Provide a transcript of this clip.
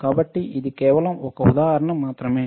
కాబట్టి ఇది కేవలం ఒక ఉదాహరణ మాత్రమే